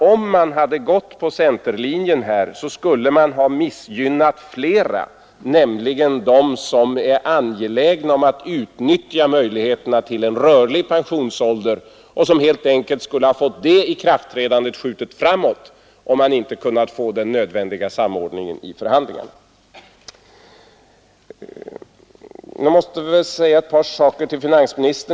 Om man följt centerlinjen, skulle man ha missgynnat flera människor, nämligen dem som är angelägna om att utnyttja möjligheterna till en rörlig pensionsålder och som helt enkelt skulle ha fått det ikraftträdandet framskjutet, om inte den nödvändiga samordningen i förhandlingarna kunnat åstadkommas. Jag vill sedan, herr talman, rikta några ord till finansministern.